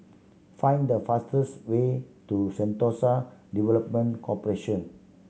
find the fastest way to Sentosa Development Corporation